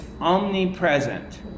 omnipresent